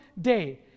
day